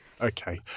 Okay